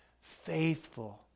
faithful